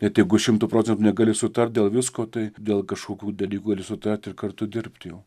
net jeigu šimtu procent negali sutarti dėl visko tai dėl kažkokių dalykų gali sutart ir kartu dirbt jau